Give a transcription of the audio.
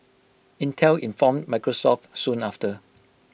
Intel informed Microsoft soon after